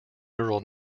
neural